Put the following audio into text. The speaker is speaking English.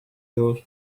those